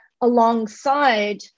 alongside